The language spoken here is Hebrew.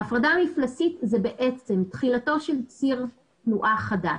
ההפרדה המפלסית היא בעצם תחילתו של ציר תנועה חדש